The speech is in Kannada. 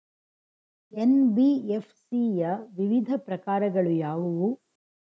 ಎನ್.ಬಿ.ಎಫ್.ಸಿ ಯ ವಿವಿಧ ಪ್ರಕಾರಗಳು ಯಾವುವು?